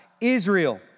Israel